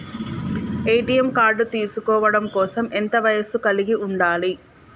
ATM card తీసుకోవడం కోసం ఎంత వయస్సు కలిగి ఉండాలి?